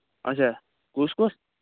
اَچھا کُس کُس